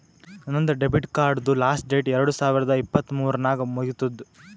ನಂದ್ ಡೆಬಿಟ್ ಕಾರ್ಡ್ದು last date ಎರಡು ಸಾವಿರದ ಇಪ್ಪತ್ ಮೂರ್ ನಾಗ್ ಮುಗಿತ್ತುದ್